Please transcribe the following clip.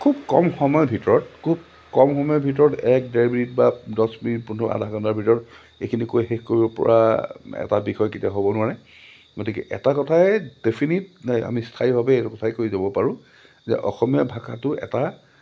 খুব কম সময়ৰ ভিতৰত খুব কম সময়ৰ ভিতৰত এক ডেৰ মিনিট বা দহ মিনিট পোন্ধৰ আধা ঘণ্টাৰ ভিতৰত এইখিনি কৈ শেষ কৰিব পৰা এটা বিষয় কেতিয়া হ'ব নোৱাৰে গতিকে এটা কথাই ডেফিনিট আমি স্থায়ীভাৱেই এইটো কথাই কৈ যাব পাৰোঁ যে অসমীয়া ভাষাটো এটা